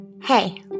Hey